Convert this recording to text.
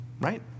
right